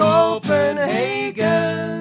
Copenhagen